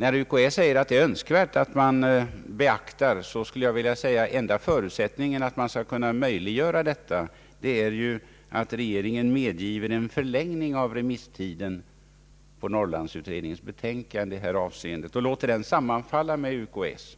När UKÄ anser att det är önskvärt att man beaktar detta skulle jag vilja säga att enda förutsättningen härför är att regeringen medger en förlängning av remisstiden för Norrlandsberedningens betänkande i detta avseende och låter den sammanfalla med UKäÄ:s.